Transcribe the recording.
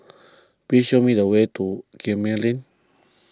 please show me the way to Gemmill Lane